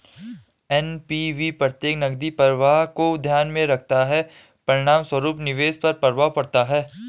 NPV प्रत्येक नकदी प्रवाह को ध्यान में रखता है, परिणामस्वरूप निवेश पर प्रभाव पड़ता है